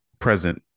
present